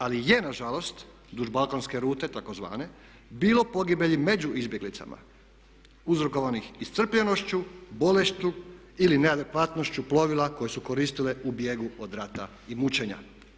Ali je nažalost duž balkanske rute takozvane bilo pogibelji među izbjeglicama uzrokovanih iscrpljenošću, bolešću ili neadekvatnošću plovila koje su koristili u bijegu od rata i mučenja.